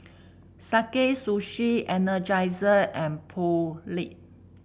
Sakae Sushi Energizer and Poulet